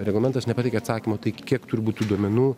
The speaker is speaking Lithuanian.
reglamentas nepateikia atsakymo tai kiek turi būt tų duomenų